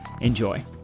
Enjoy